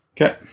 okay